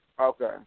Okay